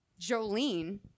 Jolene